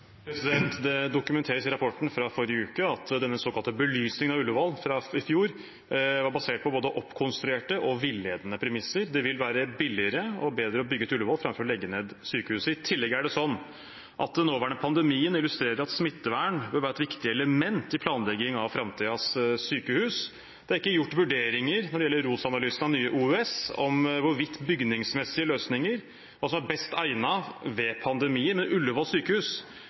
Det dokumenteres i rapporten fra forrige uke at den såkalte belysningen av Ullevål fra i fjor var basert på både oppkonstruerte og villedende premisser. Det vil være billigere og bedre å bygge ut Ullevål framfor å legge ned sykehuset. I tillegg er det sånn at den nåværende pandemien illustrerer at smittevern bør være et viktig element i planleggingen av framtidens sykehus. Det er ikke gjort vurderinger i ROS-analysen av nye OUS om hvilke bygningsmessige løsninger som er best egnet ved